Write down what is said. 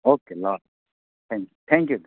okay ल thank thank you